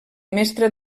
mestra